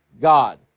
God